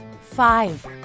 five